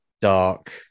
dark